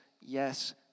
yes